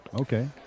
okay